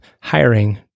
hiring